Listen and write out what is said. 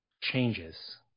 changes